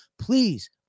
Please